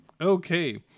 Okay